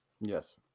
Yes